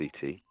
ct